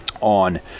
on